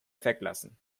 weglassen